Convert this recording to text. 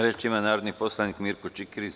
Reč ima narodni poslanik Mirko Čikiriz.